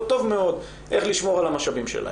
טוב מאוד איך לשמור על המשאבים שלהן.